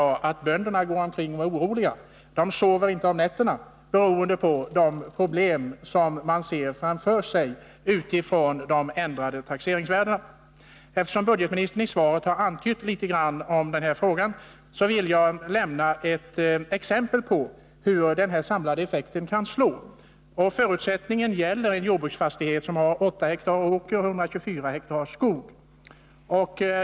Bönderna går omkring och är oroliga. De sover inte om nätterna, beroende på de problem de ser framför sig på grund av de ändrade taxeringsvärdena. Eftersom budgetministern i svaret har antytt en del om det här problemet vill jag ge ett exempel på hur den samlade effekten kan slå. Exemplet gäller en jordbruksfastighet som har 8 ha åker och 124 ha skog.